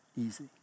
easy